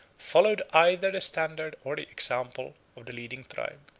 followed either the standard or the example of the leading tribe.